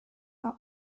are